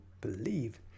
believe